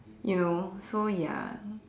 you know so ya